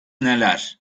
neler